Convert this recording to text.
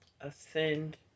Ascend